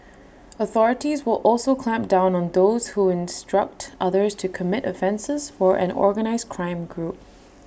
authorities will also clamp down on those who instruct others to commit offences for an organised crime group